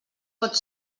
pot